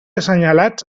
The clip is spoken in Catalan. assenyalats